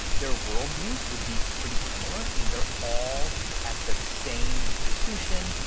their worldviews would be pretty similar. i mean, they're all at the same institution,